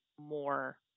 more